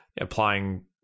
applying